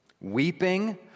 Weeping